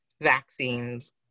vaccines